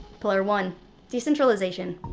pillar one decentralization